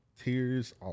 Tears